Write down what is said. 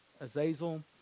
Azazel